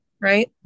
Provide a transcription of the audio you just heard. right